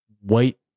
white